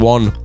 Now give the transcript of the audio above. One